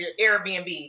Airbnb